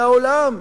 זה העולם,